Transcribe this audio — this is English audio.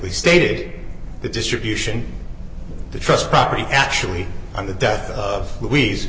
stated that distribution the trust property actually on the death of wee